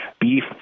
beef